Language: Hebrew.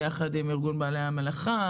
ביחד עם ארגון בעלי המלאכה,